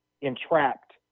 entrapped